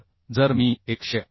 तर जर मी 108